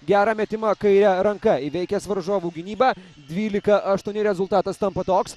gerą metimą kaire ranka įveikęs varžovų gynybą dvylika aštuoni rezultatas tampa toks